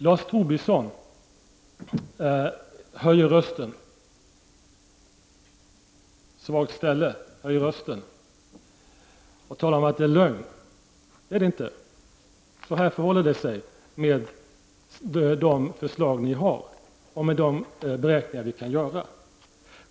Lars Tobisson höjde rösten efter receptet ”svag argumentering, höj rösten”.